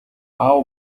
аав